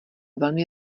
velmi